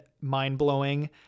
mind-blowing